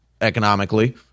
economically